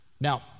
Now